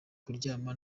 kuryama